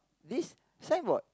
this signboard